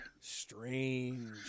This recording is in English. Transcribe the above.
strange